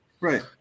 Right